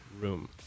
room